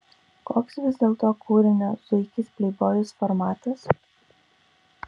koks vis dėlto kūrinio zuikis pleibojus formatas